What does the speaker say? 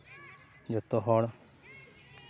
ᱡᱚᱛᱚ ᱦᱚᱲ